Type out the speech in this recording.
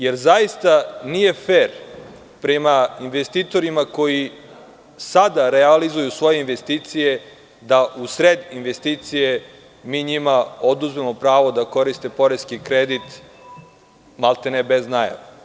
Jer, zaista nije fer prema investitorima koji sada realizuju svoje investicije da u sred investicije mi njima oduzmemo pravo da koriste poreski kredit, maltene bez najave.